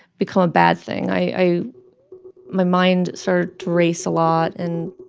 become a bad thing. i my mind started to race a lot. and.